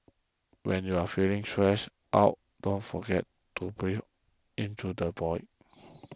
when you are feeling stressed out don't forget to breathe into the void